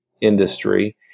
industry